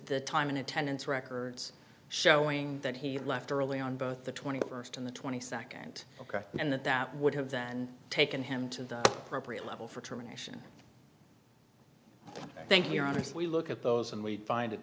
the time and attendance records showing that he left early on both the twenty first and the twenty second ok and that that would have then taken him to the appropriate level for termination i think you honestly look at those and we find